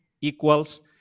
equals